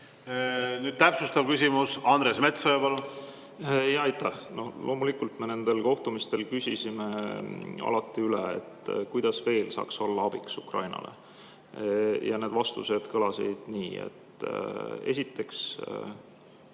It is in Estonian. Nüüd täpsustav küsimus. Andres Metsoja,